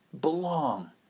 Belong